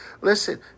Listen